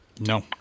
No